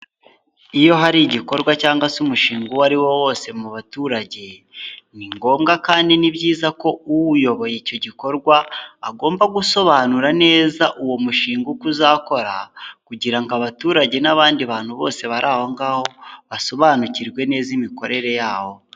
Iyo hari igikorwa cyangwa se umushinga uwo ariwo wose mu baturage, ni ngombwa kandi ni byiza ko uyoboye icyo gikorwa, agomba gusobanura neza uwo mushinga uko uzakora, kugira ngo abaturage n'abandi bantu bose bari aho ngaho basobanukirwe neza imikorere yawo.